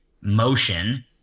motion